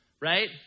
right